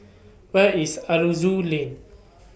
Where IS Aroozoo Lane